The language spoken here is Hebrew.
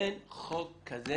אין חוק כזה